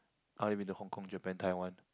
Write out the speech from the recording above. I been to the Hong-Kong Japan Tai-wan